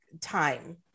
time